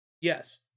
Yes